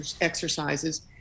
exercises